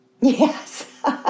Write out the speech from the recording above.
Yes